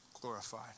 glorified